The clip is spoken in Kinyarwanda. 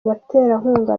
abaterankunga